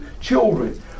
children